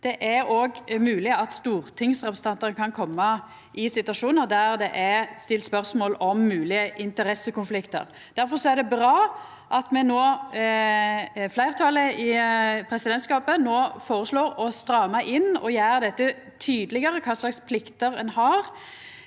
det er òg mogleg at stortingsrepresentantar kan koma i situasjonar der det blir stilt spørsmål om moglege interessekonfliktar. Difor er det bra at fleirtalet i presidentskapet no føreslår å stramma inn og gjera det tydelegare kva plikt ein har